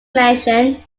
mansion